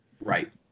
right